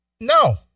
No